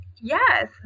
Yes